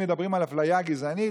אם מדברים על אפליה גזענית,